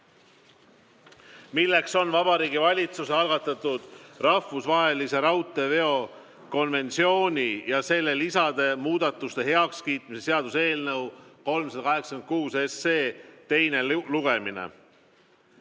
milleks on Vabariigi Valitsuse algatatud rahvusvahelise raudteeveo konventsiooni ja selle lisade muudatuste heakskiitmise seaduse eelnõu 386 teine lugemine.